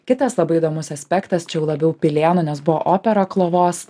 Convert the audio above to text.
kitas labai įdomus aspektas čia jau labiau pilėnų nes buvo opera klovos